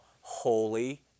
Holy